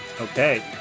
Okay